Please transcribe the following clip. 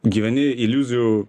gyveni iliuzijų